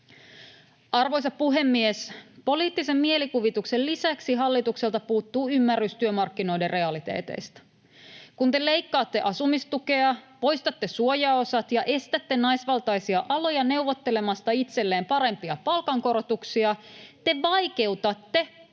Arvoisa puhemies! Poliittisen mielikuvituksen lisäksi hallitukselta puuttuu ymmärrys työmarkkinoiden realiteeteista. Kun te leikkaatte asumistukea, poistatte suojaosat ja estätte naisvaltaisia aloja neuvottelemasta itselleen parempia palkankorotuksia, te vaikeutatte